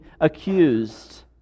accused